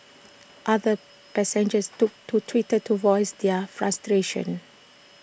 other passengers took to Twitter to voice their frustrations